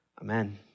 Amen